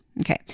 Okay